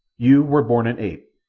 you were born an ape.